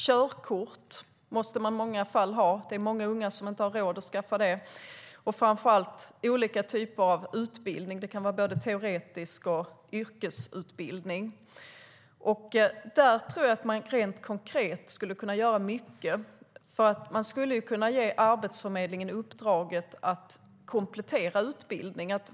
I många fall måste man ha körkort - det är många unga som inte har råd att skaffa sig det - och olika typer av utbildning. Det kan vara teoretisk utbildning och yrkesutbildning. Här tror jag att man rent konkret skulle kunna göra mycket. Man skulle kunna ge Arbetsförmedlingen uppdraget att se till att utbildningen kompletteras.